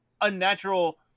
unnatural